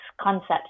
concept